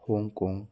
Hong Kong